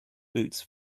boots